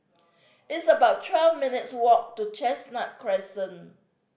it's about twelve minutes' walk to Chestnut Crescent